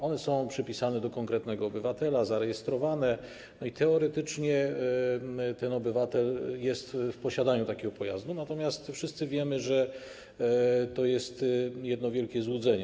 One są przypisane do konkretnego obywatela, zarejestrowane i teoretycznie ten obywatel jest w posiadaniu takiego pojazdu, natomiast wszyscy wiemy, że to jest jedno wielkie złudzenie.